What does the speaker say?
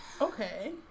Okay